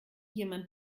jemand